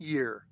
Year